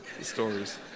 stories